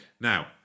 Now